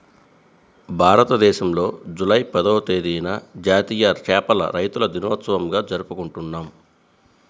భారతదేశంలో జూలై పదవ తేదీన జాతీయ చేపల రైతుల దినోత్సవంగా జరుపుకుంటున్నాం